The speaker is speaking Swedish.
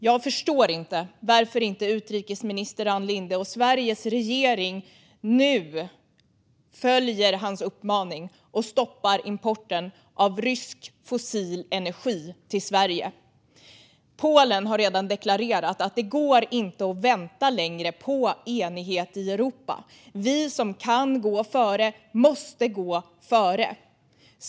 Jag förstår inte varför inte utrikesminister Ann Linde och Sveriges regering nu följer hans uppmaning och stoppar importen av rysk fossil energi till Sverige. Polen har redan deklarerat att det inte längre går att vänta på enighet i Europa. Vi som kan gå före måste gå före.